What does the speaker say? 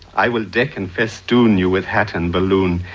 i will deck and festoon you with hat and balloon,